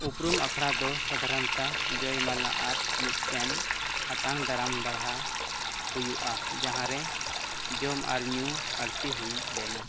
ᱩᱯᱨᱩᱢ ᱟᱠᱷᱲᱟ ᱫᱚ ᱥᱟᱫᱷᱟᱨᱚᱱᱛᱚ ᱡᱚᱭᱢᱟᱞᱟ ᱟᱨ ᱢᱤᱫᱴᱮᱱ ᱟᱛᱟᱝ ᱫᱟᱨᱟᱢ ᱫᱚᱦᱲᱟ ᱦᱩᱭᱩᱜᱼᱟ ᱡᱟᱦᱟᱸᱨᱮ ᱡᱚᱢ ᱟᱨ ᱧᱩ ᱟᱬᱛᱤ ᱦᱩᱭ ᱞᱮᱱᱟ